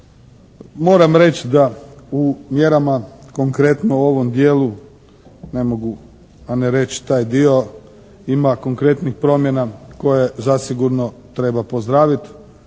Moram reći da u mjerama, konkretno u ovom djelu ne mogu a ne reći taj dio ima konkretnih promjena koje zasigurno treba pozdraviti.